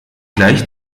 gleich